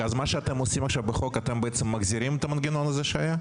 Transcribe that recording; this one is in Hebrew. מה שאתם עושים עכשיו בחוק זה להחזיר את המנגנון שהיה?